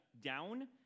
down